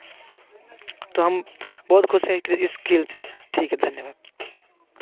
तो हम बहुत खुश है कि इस खेल से ठीक है धन्यवाद